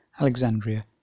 Alexandria